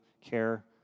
care